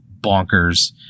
bonkers